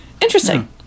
interesting